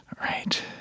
Right